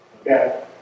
okay